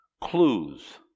clues